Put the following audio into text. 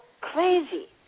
crazy